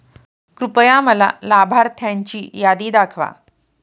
कृपया मला लाभार्थ्यांची यादी दाखवा